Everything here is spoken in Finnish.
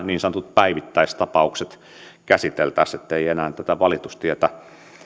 niin sanotut päivittäistapaukset käsiteltäisiin ettei enää tätä valitustietä